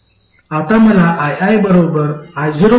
आता मला io ii पाहिजे आहे